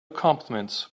compliments